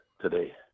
today